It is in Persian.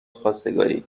خواستگاری